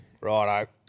Righto